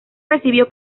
recibió